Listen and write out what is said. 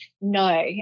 No